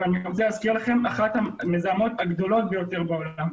אני רוצה להזכיר לכם שהיא אחת המזהמות הגדולות ביותר בעולם.